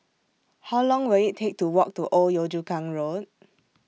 How Long Will IT Take to Walk to Old Yio Chu Kang Road